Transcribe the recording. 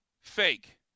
fake